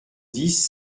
dix